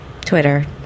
Twitter